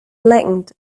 blackened